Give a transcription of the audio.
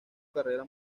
carrera